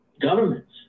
governments